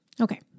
Okay